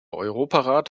europarat